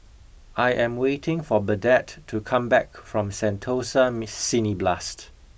I am waiting for Burdette to come back from Sentosa Miss Cineblast